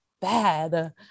bad